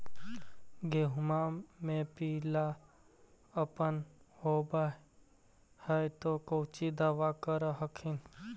गोहुमा मे पिला अपन होबै ह तो कौची दबा कर हखिन?